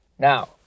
Now